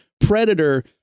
Predator